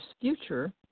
future